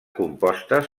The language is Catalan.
compostes